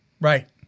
Right